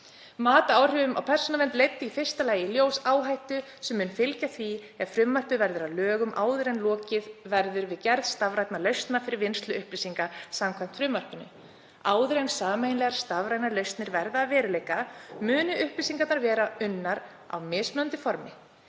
„Mat á áhrifum á persónuvernd leiddi í fyrsta lagi í ljós áhættu sem mun fylgja því ef frumvarpið verður að lögum áður en lokið verður við gerð stafrænna lausna fyrir vinnslu upplýsinga samkvæmt frumvarpinu. Áður en sameiginlegar stafrænar lausnir verða að veruleika munu upplýsingarnar verða unnar á mismunandi formi.